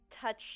touch